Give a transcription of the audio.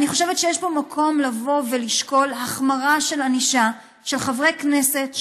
אני חושבת שיש פה מקום לשקול החמרה של הענישה של חברי כנסת,